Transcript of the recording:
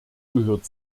gehört